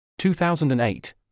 2008